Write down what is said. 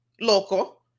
loco